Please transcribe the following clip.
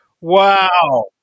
Wow